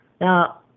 Now